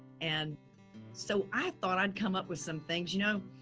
and so i thought i'd come up with some things. you know,